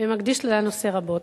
ומקדיש לנושא רבות,